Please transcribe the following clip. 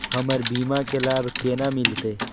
हमर बीमा के लाभ केना मिलते?